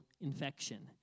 infection